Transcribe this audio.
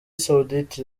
saoudite